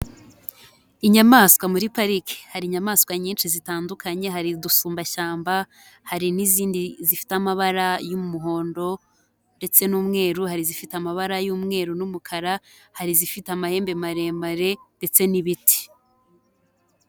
Inyamaswa muri parike. Hari inyamaswa nyinshi zitandukanye, hari udusumbashyamba, hari n'izindi zifite amabara y'umuhondo ndetse n'umweru, hari izifite amabara y'umweru n'umukara, hari izifite amahembe maremare ndetse n'ibiti.